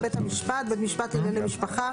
"בית המשפט" בית משפט לענייני משפחה,